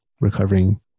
recovering